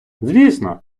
звісно